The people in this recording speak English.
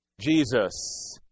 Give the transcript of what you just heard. Jesus